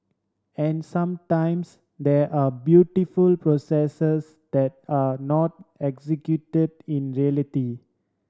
and sometimes there are beautiful processes that are not executed in reality